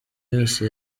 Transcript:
yose